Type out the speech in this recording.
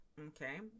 Okay